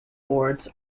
boards